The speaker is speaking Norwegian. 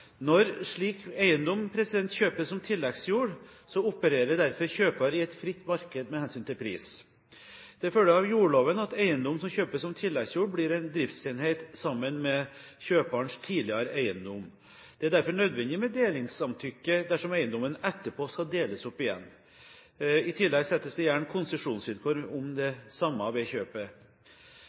Når slik eiendom kjøpes som tilleggsjord, opererer derfor kjøper i et fritt marked med hensyn til pris. Det følger av jordloven at eiendom som kjøpes som tilleggsjord, blir en driftsenhet sammen med kjøperens tidligere eiendom. Det er derfor nødvendig med delingssamtykke dersom eiendommen etterpå skal deles opp igjen. I tillegg settes det gjerne konsesjonsvilkår om det samme ved kjøpet.